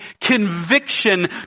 conviction